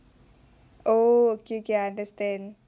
oh okay okay I understand